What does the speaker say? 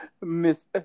miss